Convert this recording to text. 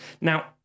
Now